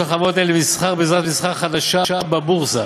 חברות אלה למסחר בזירת מסחר חדשה בבורסה,